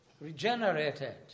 regenerated